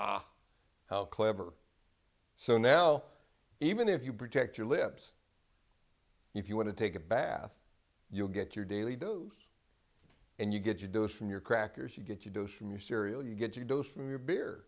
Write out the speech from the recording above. ah how clever so now even if you protect your lips if you want to take a bath you'll get your daily dose and you get your dose from your crackers you get to doze from your cereal you get your dose from your beer